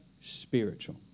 spiritual